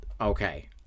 Okay